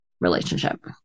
relationship